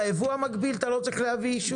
בייבוא המקביל אתה לא צריך להביא אישור.